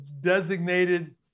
designated